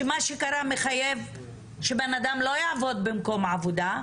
שמה שקרה מחייב שבן-אדם לא יעבוד במקום העבודה,